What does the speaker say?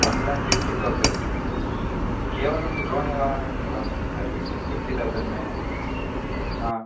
one lakh fifty thousand केवलं drone एव आनयन्ति वा तर्हि फ़िफ़्टि तौसन्